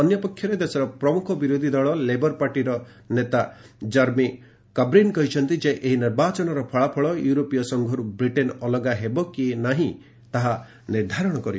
ଅନ୍ୟ ପକ୍ଷରେ ଦେଶର ପ୍ରମୁଖ ବିରୋଧୀ ଦଳ ଲେବର ପାର୍ଟିର ନେତା କର୍ମିକବ୍ରିନ୍ କହିଛନ୍ତି ଯେ ଏହି ନିର୍ବାଚନର ଫଳାଫଳ ୟୁରୋପୀୟ ସଂଘରୁ ବ୍ରିଟେନ୍ ଅଲଗା ହେବ କି ନାହିଁ ତାହା ନିର୍ଦ୍ଧାରଣ କରିବ